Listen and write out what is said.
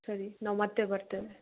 ಸರಿ ನಾವು ಮತ್ತೆ ಬರ್ತೇವೆ